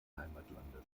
heimatlandes